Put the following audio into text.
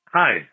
Hi